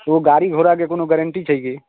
ओ गाड़ी घोड़ाके कोनो गारंटी छै की